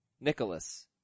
Nicholas